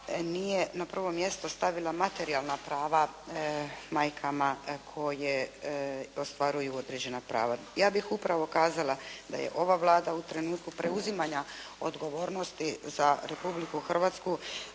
nije na prvo mjesto stavila materijalna prava majkama koje ostvaruju određena prava. Ja bih upravo kazala da je ova Vlada u trenutku preuzimanja odgovornosti za Republiku Hrvatsku